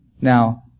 Now